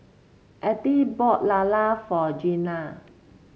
Althea bought lala for Jenna